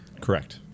correct